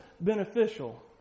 beneficial